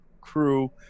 crew